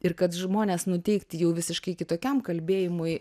ir kad žmonės nuteikti jau visiškai kitokiam kalbėjimui